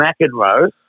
McEnroe